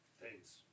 Thanks